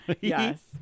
Yes